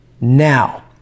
now